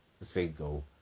single